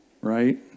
Right